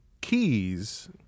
keys